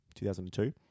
2002